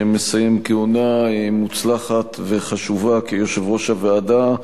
שמסיים כהונה מוצלחת וחשובה כיושב-ראש הוועדה,